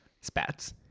spats